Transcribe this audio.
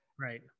right